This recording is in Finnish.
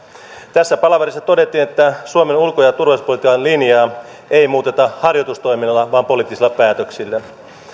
tässä palaverissa todettiin että suomen ulko ja turvallisuuspolitiikan linjaa ei muuteta harjoitustoimilla vaan poliittisilla päätöksillä